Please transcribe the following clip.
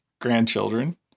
grandchildren